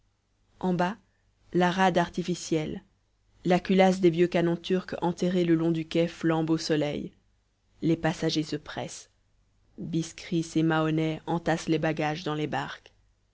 en has la rade étincelle la culasse des vieux canons turcs enterrés le long du quai flambe au soleil les passagers se pressent biskris et mahonnais entassent les bagages dans les barques